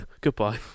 Goodbye